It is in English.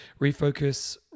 Refocus